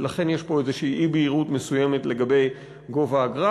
לכן יש פה איזושהי אי-בהירות מסוימת לגבי גובה האגרה,